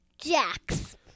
Jax